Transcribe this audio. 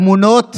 על הטמונות